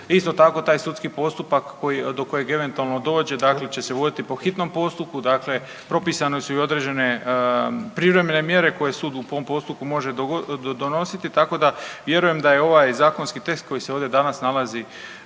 Isto tako taj sudski postupak do kojeg eventualno dođe dakle će se voditi po hitnom postupku, dakle propisane su i određene privremene mjere koje sud u tom postupku može donositi. Tako da vjerujem da je ovaj zakonski tekst koji se ovdje danas nalazi